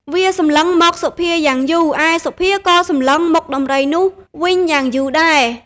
វា សម្លឹងមកសុភាយ៉ាងយូរ ឯសុភាក៏សម្លឹងមុខដំរីនោះវិញយ៉ាងយូរដែរ។